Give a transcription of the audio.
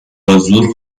بازور